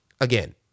again